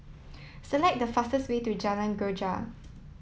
select the fastest way to Jalan Greja